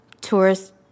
tourist